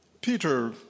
Peter